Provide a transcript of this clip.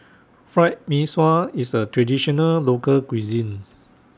Fried Mee Sua IS A Traditional Local Cuisine